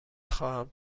خواهم